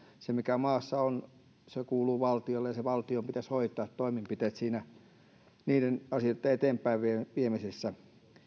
se mikä maassa on kuuluu valtiolle ja valtion pitäisi hoitaa toimenpiteet niiden asioiden eteenpäin viemisessä